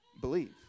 believe